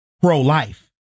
pro-life